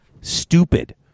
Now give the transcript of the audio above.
stupid